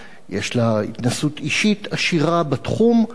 יש לה התנסות אישית עשירה בתחום.